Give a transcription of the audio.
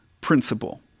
principle